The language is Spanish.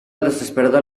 desesperada